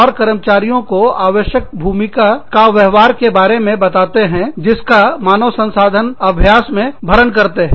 और कर्मचारियों को इसके बारे में बताते हैं कि भूमिका का व्यवहार किसका मानव संसाधन अभ्यास में भरण करते हैं